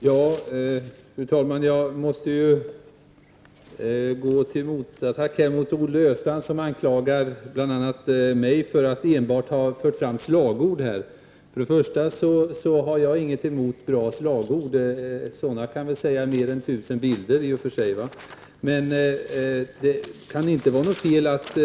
Fru talman! Jag måste gå till motattack mot Olle Östrand, som anklagar bl.a. mig för att enbart ha fört fram slagord. Jag har ingenting emot bra slagord, för sådana kan säga mer än tusen bilder. Det kan inte vara fel att